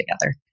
together